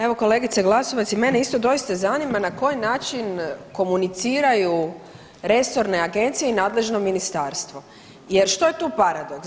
Evo kolegice Glasovac i mene isto doista zanima na koji način komuniciraju resorne agencije i nadležno ministarstvo jer što je tu paradoks?